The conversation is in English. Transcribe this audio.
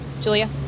Julia